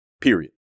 period